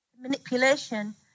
manipulation